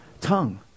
tongue